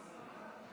לזימי,